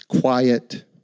quiet